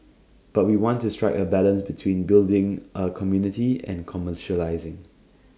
but we want to strike A balance between building A community and commercialising